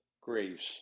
graves